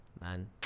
Man